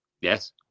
Yes